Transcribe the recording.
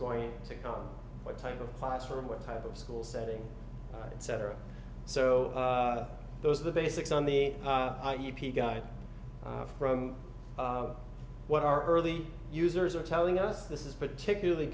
going to come what type of classroom what type of school setting and cetera so those are the basics on the guide from what our early users are telling us this is particularly